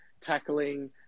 tackling